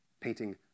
Painting